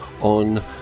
on